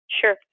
Sure